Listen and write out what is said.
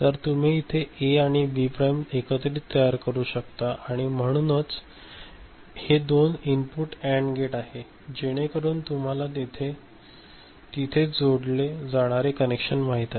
तर तुम्ही इथे ए आणि बी प्राइम एकत्रित तयार करू शकता आणि म्हणूनच हे दोन इनपुट अँड गेट आहे जेणेकरून तुम्हाला तिथेच जोडले जाणारे कनेक्शन माहित आहे